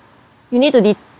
you need to determine